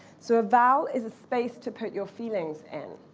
so a vowel is a space to put your feelings in.